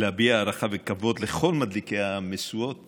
להביע הערכה וכבוד לכל מדליקי המשואות